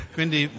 Quindi